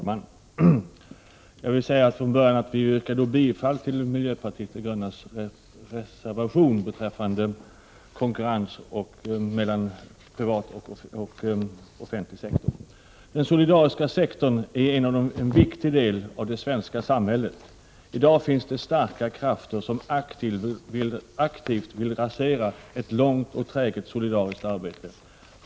Fru talman! Jag yrkar bifall till miljöpartiet de grönas reservation beträffande konkurrens mellan privat och offentlig sektor. Den solidariska sektorn är en viktig del av det svenska samhället. I dag finns det starka krafter som aktivt vill rasera ett långt och träget solidariskt arbete.